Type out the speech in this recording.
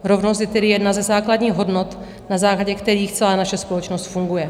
Rovnost je tedy jedna ze základních hodnot, na základě kterých celá naše společnost funguje.